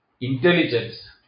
Intelligence